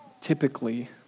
Typically